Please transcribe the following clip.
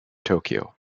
tokyo